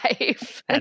life